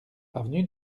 avenue